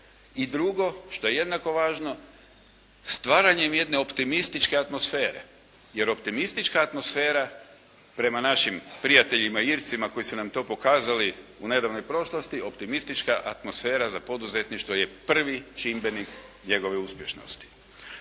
I drugo što je jednako važno stvaranjem jedne optimističke atmosfere jer optimistička atmosfera prema našim prijateljima Ircima koji su nam to pokazali u nedavnoj prošlosti optimistička atmosfera za poduzetništvo je prvi čimbenik njegove uspješnosti.